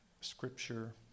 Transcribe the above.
scripture